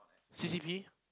C_C_P